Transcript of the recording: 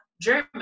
German